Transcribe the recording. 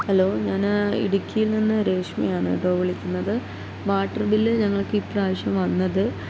hello ഞാൻ ഇടുക്കിയിൽനിന്ന് രേഷ്മിയാണ് കേട്ടോ വിളിക്കുന്നത് വാട്ടർ ബില്ല് ഞങ്ങൾക്കിപ്പോൾ ആവശ്യം വന്നത്